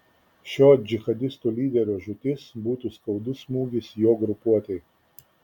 šio džihadistų lyderio žūtis būtų skaudus smūgis jo grupuotei